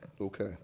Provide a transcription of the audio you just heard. okay